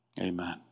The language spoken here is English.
amen